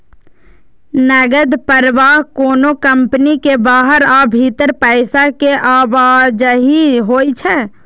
नकद प्रवाह कोनो कंपनी के बाहर आ भीतर पैसा के आवाजही होइ छै